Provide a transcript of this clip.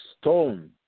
stone